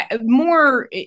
more